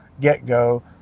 get-go